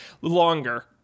longer